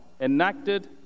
enacted